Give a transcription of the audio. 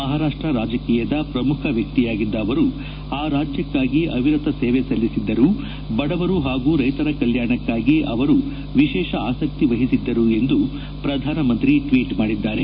ಮಹಾರಾಷ್ಟ ರಾಜಕೀಯದ ಪ್ರಮುಖ ವ್ಯಕ್ತಿಯಾಗಿದ್ದ ಅವರು ಆ ರಾಜ್ಯಕ್ಕಾಗಿ ಅವಿರತ ಸೇವೆ ಸಲ್ಲಿಸಿದ್ದರು ಬಡವರು ಪಾಗೂ ರೈಶರ ಕಲ್ಕಾಣಕಾಗಿ ಅವರು ವಿಶೇಷ ಆಸಕ್ತಿ ವಹಿಸಿದ್ದರು ಎಂದು ಪ್ರಧಾನಮಂತ್ರಿ ಟ್ವೀಟ್ ಮಾಡಿದ್ದಾರೆ